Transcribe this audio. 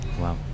Wow